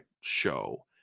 show